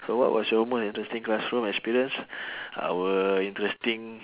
so what was your most interesting classroom experience our interesting